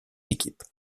équipes